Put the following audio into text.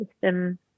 system